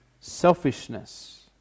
selfishness